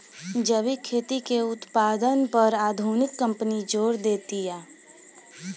जैविक खेती के उत्पादन पर आधुनिक कंपनी जोर देतिया